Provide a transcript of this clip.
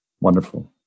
Wonderful